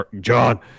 John